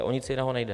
O nic jiného nejde.